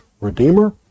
Redeemer